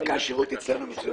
דווקא השרות אצלנו מצוין.